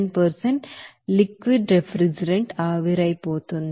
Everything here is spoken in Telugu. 7 లిక్విడ్ రిఫ్రిజిరెంట్ ఆవిరైపోతుంది